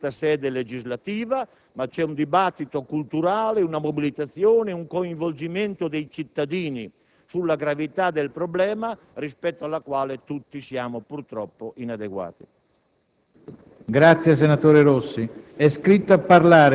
Lo sforzo da sostenere è grande. Molto compete a questa sede legislativa, ma ci sono un dibattito culturale, una mobilitazione, un coinvolgimento dei cittadini sulla gravità del problema, rispetto al quale tutti siamo purtroppo inadeguati.